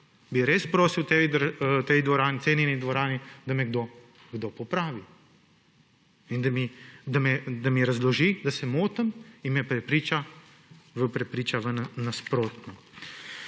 bi res prosil v tej cenjeni dvorani, da me kdo popravi in da mi razloži, da se motim, in me prepriča v nasprotno.